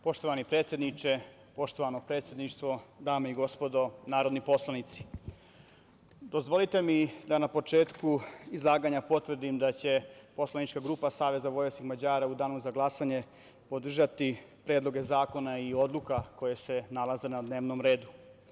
Poštovani predsedniče, poštovano predsedništvo, dame i gospodo narodni poslanici, dozvolite mi da na početku izlaganja potvrdim da će poslanička grupa SVM u danu za glasanje podržati predloge zakona i odluka koje se nalaze na dnevnom redu.